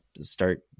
start